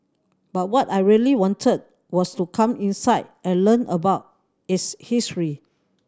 but what I really wanted was to come inside and learn about its history